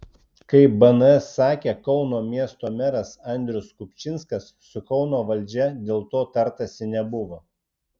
kaip bns sakė kauno miesto meras andrius kupčinskas su kauno valdžia dėl to tartasi nebuvo